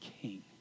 king